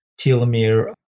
telomere